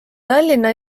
tallinna